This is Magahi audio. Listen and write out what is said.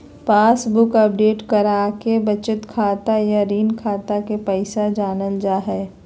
पासबुक अपडेट कराके बचत खाता या ऋण खाता के पैसा जानल जा हय